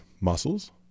muscles